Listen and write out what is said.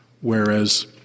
whereas